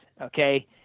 Okay